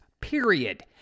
Period